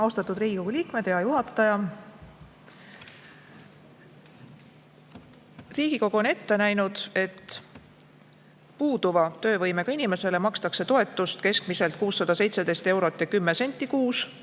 Austatud Riigikogu liikmed! Hea juhataja! Riigikogu on ette näinud, et puuduva töövõimega inimesele makstakse toetust keskmiselt 617 eurot ja 10 senti kuus,